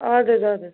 آدٕ حظ آدٕ حظ